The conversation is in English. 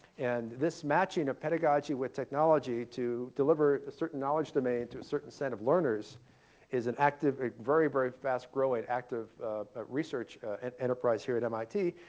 and this matching a pedagogy with technology to deliver a certain knowledge domain to a certain set of learners is an active, very, very fast growing active ah research and enterprise here at mit,